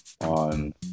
on